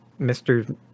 Mr